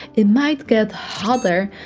it might get hotter,